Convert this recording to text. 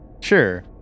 Sure